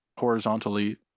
horizontally